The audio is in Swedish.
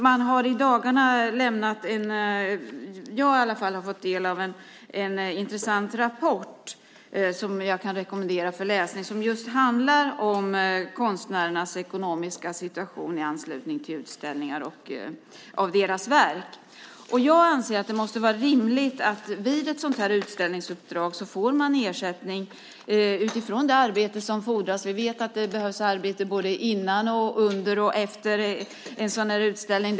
De har i dagarna lämnat en intressant rapport - åtminstone har jag fått ta del av den - som jag kan rekommendera för läsning. Rapporten handlar om konstnärernas ekonomiska situation i anslutning till utställningar av deras verk. Jag anser att det måste vara rimligt att konstnären vid ett sådant utställningsuppdrag får ersättning utifrån det arbete som fordras. Vi vet att det krävs arbete före, under och efter en utställning.